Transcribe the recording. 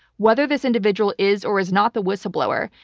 whether this individual is or is not the whistleblower,